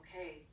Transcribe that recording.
okay